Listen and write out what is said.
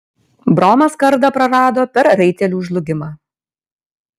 bromas kardą prarado per raitelių žlugimą